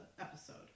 episode